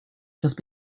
just